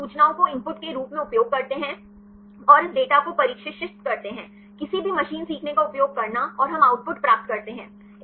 वे इन सूचनाओं को इनपुट के रूप में उपयोग करते हैं और इस डेटा को प्रशिक्षित करते हैं किसी भी मशीन सीखने का उपयोग करना और हम आउटपुट प्राप्त करते हैं